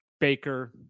Baker